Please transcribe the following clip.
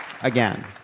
again